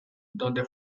donde